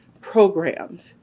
programs